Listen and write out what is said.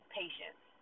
patience